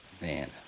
Man